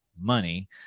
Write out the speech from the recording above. money